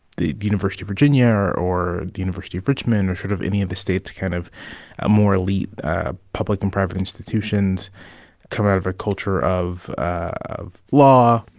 the university of virginia or or the university of richmond or sort of any of the state's kind of more elite ah public and private institutions come out of a culture of of law,